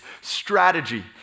strategy